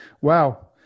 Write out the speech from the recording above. Wow